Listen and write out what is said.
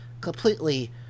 completely